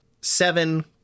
seven